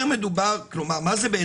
מה זה אומר